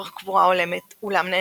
כדור אחד החטיא אולם השני פגע בבטנו.